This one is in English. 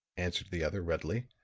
answered the other readily.